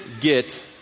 get